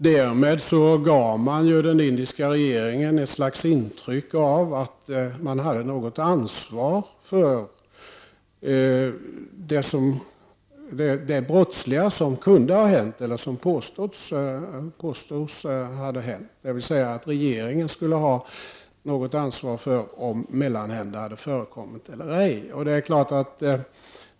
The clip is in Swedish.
Därmed gav man den indiska regeringen ett slags intryck av att man hade något ansvar för det brottsliga som påstods hade skett, dvs. att regeringen skulle ha något ansvar för om mellanhänder hade förekommit eller ej.